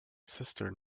sister